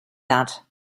that